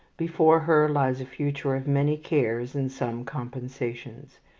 before her lies a future of many cares and some compensations.